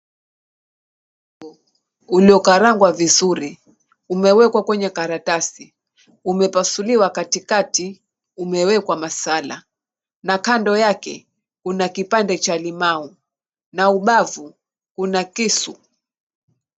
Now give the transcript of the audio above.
Ulio karangwa vizuri, umewekwa kwenye karatasi, umepasuliwa katikati, umewekwa masala na kando yake una kipande cha limau na ubavu una kisu.